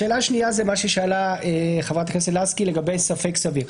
שאלה שנייה היא מה ששאלה חברת הכנסת לסקי לגבי ספק סביר.